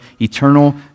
eternal